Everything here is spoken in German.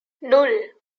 nan